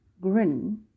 grin